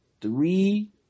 three